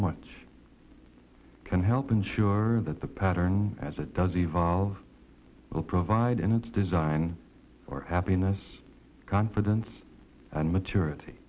much can help ensure that the pattern as it does evolve will provide and its design or happiness confidence and maturity